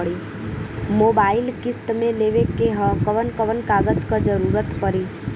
Mobile किस्त मे लेवे के ह कवन कवन कागज क जरुरत पड़ी?